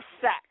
sex